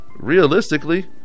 Realistically